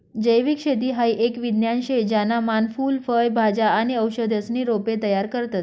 जैविक शेती हाई एक विज्ञान शे ज्याना मान फूल फय भाज्या आणि औषधीसना रोपे तयार करतस